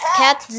cat